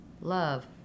Love